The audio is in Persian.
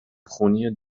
خونی